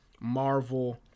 Marvel